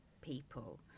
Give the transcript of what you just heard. people